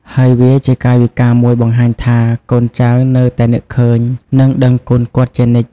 ហើយវាជាកាយវិការមួយបង្ហាញថា កូនចៅនៅតែនឹកឃើញ និងដឹងគុណគាត់ជានិច្ច។